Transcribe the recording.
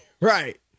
right